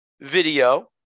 video